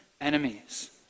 enemies